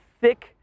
thick